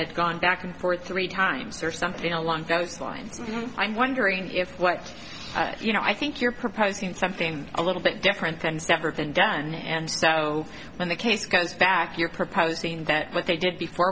had gone back and forth three times or something along those lines and i'm wondering if what you know i think you're proposing something a little bit different things never been done and so when the case goes back you're proposing that what they did before